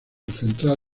central